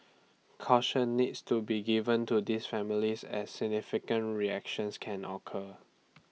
caution needs to be given to these families as significant reactions can occur